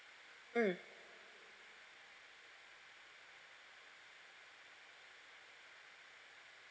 mm